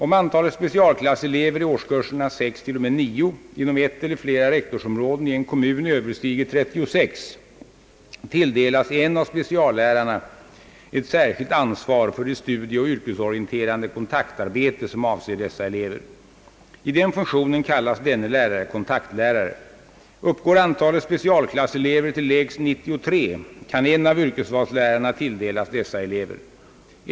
Om antalet specialklasselever i årskurserna 6—9 inom ett eller flera rektorsområden i en kommun Ööverstiger 36 tilldelas en av speciallärarna ett särskilt ansvar för det studieoch yrkesorienterande kontaktarbete som avser dessa elever. I den funktionen kallas denne lärare kontaktlärare. Uppgår antalet specialklasselever till lägst 93 kan en av yrkesvalslärarna tilldelas dessa elever.